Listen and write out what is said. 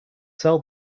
sell